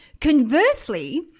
Conversely